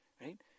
Right